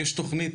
בקפיצה